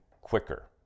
quicker